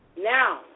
Now